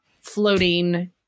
floating